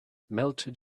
melted